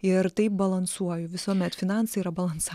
ir taip balansuoju visuomet finansai yra balansa